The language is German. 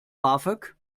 bafög